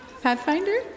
Pathfinder